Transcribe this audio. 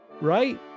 right